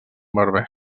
berber